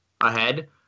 ahead